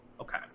Okay